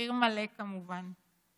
במחיר מלא, כמובן,